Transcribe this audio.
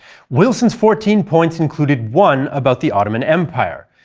wilson's fourteen points included one about the ottoman empire,